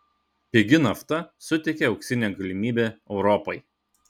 pigi nafta suteikia auksinę galimybę europai